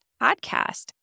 podcast